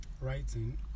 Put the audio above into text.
Writing